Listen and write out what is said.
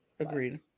Agreed